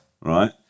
right